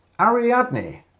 Ariadne